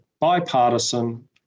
bipartisan